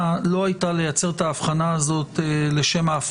אנחנו לא חושבים שהמדינה צריכה להפעיל את כל